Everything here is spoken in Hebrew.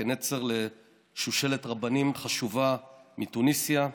כנצר לשושלת רבנים חשובה מתוניסיה,